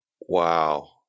wow